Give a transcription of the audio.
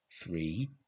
three